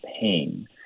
pain